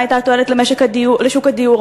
מה הייתה התועלת לשוק הדיור?